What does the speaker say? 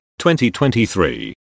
2023